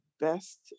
best